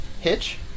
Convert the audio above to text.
Hitch